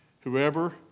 Whoever